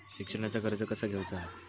शिक्षणाचा कर्ज कसा घेऊचा हा?